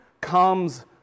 comes